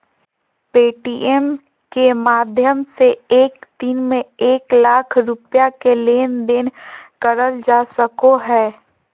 Paytm के माध्यम से एक दिन में एक लाख रुपया के लेन देन करल जा सको हय